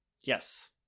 Yes